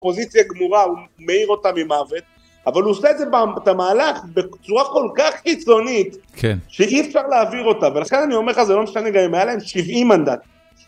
פוזיציה גמורה הוא מעיר אותה ממוות, אבל הוא עושה את זה, את המהלך, בצורה כל כך חיצונית. כן. שאי אפשר להעביר אותה. ולכן אני אומר לך זה לא משנה, גם אם היה להם 70 מנדטים